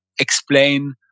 explain